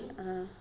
(uh huh)